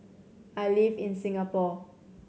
I live in Singapore